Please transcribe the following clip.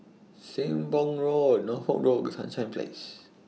Sembong Road Norfolk Road and Sunshine Place